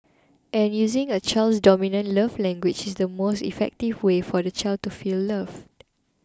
and using a child's dominant love language is the most effective way for the child to feel loved